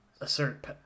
assert